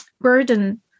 burden